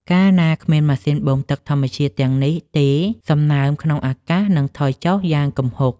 កាលណាគ្មានម៉ាស៊ីនបូមទឹកធម្មជាតិទាំងនេះទេ សំណើមក្នុងអាកាសនឹងថយចុះយ៉ាងគំហុក។